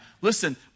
listen